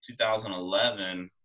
2011